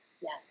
Yes